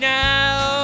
now